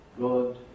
God